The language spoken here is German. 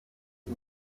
app